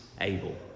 able